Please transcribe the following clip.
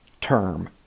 term